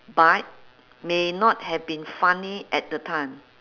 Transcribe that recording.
but may not have been funny at the time